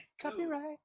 Copyright